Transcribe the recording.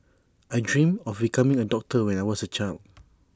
I dreamt of becoming A doctor when I was A child